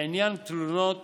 לעניין תלונות